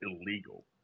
illegal